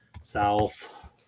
South